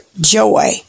joy